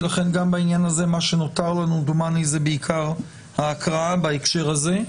ולכן גם בעניין הזה מה שנותר לנו דומני זה רק ההקראה בהקשר הזה.